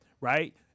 right